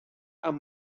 amb